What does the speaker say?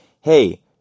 hey